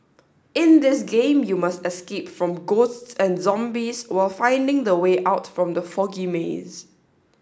in this game you must escape from ghosts and zombies while finding the way out from the foggy maze